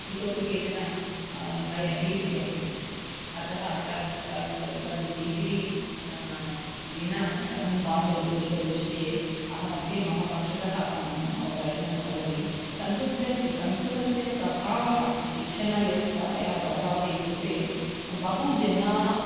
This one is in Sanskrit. इतोऽपि केचन भयभीतः अस्ति अतः तत् तस् तत् भीतिः विना कथं पाठयितुम् एतत् विषये अहमपि मम पक्षतः अहं मम मम प्रयत्नं करोमि संस्कृतं चेत् संस्कृतस्य प्रभावः शिक्षणव्यवस्थायाः प्रभावः इत्युक्ते बहवः जनाः